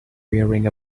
wearing